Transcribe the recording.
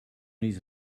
his